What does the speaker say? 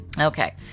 okay